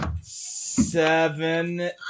seven